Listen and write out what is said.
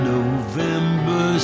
November